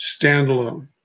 standalone